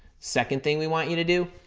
second thing we want you to do,